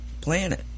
planet